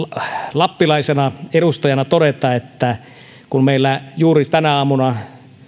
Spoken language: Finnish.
lappilaisena edustajana todeta että kun juuri tänä aamuna